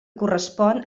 correspon